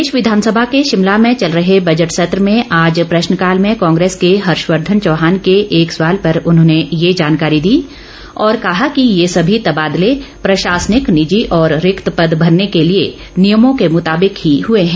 प्रदेश विधानसभा के शिमला में चल रहे बजट सत्र में आज प्रश्नकाल में कांग्रेस के हर्षवर्धन चौहान के एक सवाल पर उन्होंने ये जानकारी दी और कहा कि ये सभी तबादले प्रशासनिक निजी और रिक्त पद भरने के लिए नियमों के मुताबिक ही हए हैं